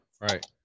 Right